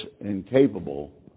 incapable